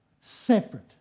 separate